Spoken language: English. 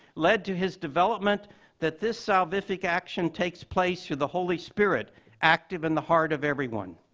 led to his development that this salvific action takes place through the holy spirit active in the heart of everyone.